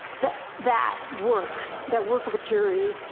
that that work, that work of a jury,